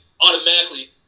automatically